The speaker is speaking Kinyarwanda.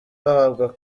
bahabwa